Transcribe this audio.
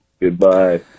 goodbye